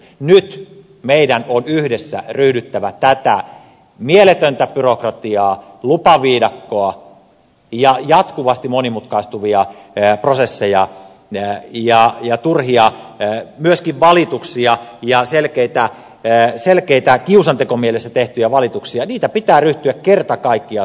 nyt meidän on yhdessä ryhdyttävä tätä mieletöntä byrokratiaa lupaviidakkoa ja jatkuvasti monimutkaistuvia prosesseja ja myöskin turhia valituksia ja selkeitä kiusantekomielessä tehtyjä valituksia kerta kaikkiaan suitsimaan